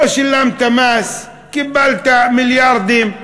לא שילמת מס, קיבלת מיליארדים.